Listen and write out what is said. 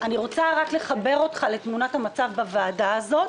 אני רוצה רק לחבר אותך לתמונת המצב בוועדה הזאת.